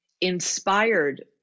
inspired